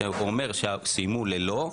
כשהוא אומר שסיימו ללא,